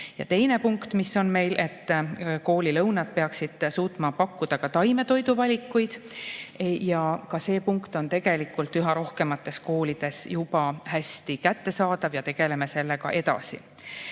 Teine punkt, mis on meie [programmis]: koolilõunana peaks suutma pakkuda ka taimetoiduvalikut. Ka see on tegelikult üha rohkemates koolides juba hästi kättesaadav ja tegeleme sellega edasi.